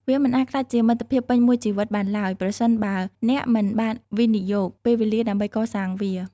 វាមិនអាចក្លាយជាមិត្តភាពពេញមួយជីវិតបានឡើយប្រសិនបើអ្នកមិនបានវិនិយោគពេលវេលាដើម្បីកសាងវា។